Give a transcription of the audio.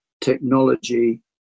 technology